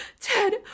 Ted